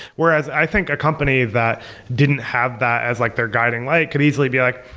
whereas, i think a company that didn't have that as like their guiding light could easily be like,